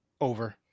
Over